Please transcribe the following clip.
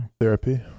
Therapy